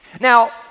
Now